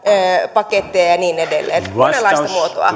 paketteja ja ja niin edelleen monenlaista muotoa